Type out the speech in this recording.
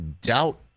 doubt